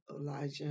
Elijah